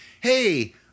Hey